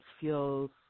feels